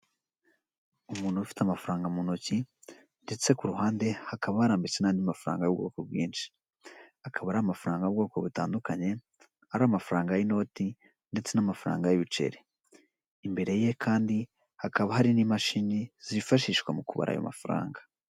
Umuntu ufite amafaranga mu ntoki ndetse ku ruhande hakaba harambitswe n'andi mafaranga y'ubwoko bwinshi, akaba ari amafaranga y'ubwoko butandukanye, ari amafaranga y'inoti ndetse n'amafaranga y'ibiceri, imbere ye kandi hakaba hari n'imashini zifashishwa mu kubara ayo mafaranga.